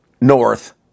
north